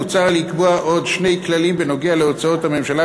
מוצע לקבוע עוד שני כללים בנוגע להוצאות הממשלה